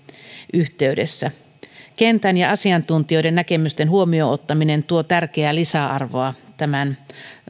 yhteydessä kentän ja asiantuntijoiden näkemysten huomioon ottaminen tuo tärkeää lisäarvoa tämän